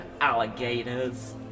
alligators